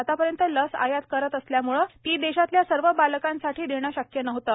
आतापर्यंत लस आयात करत असल्यामुळे ती देशातल्या सर्व बालकांसाठी देणं शक्य नव्हतं